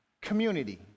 Community